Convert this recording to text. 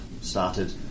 started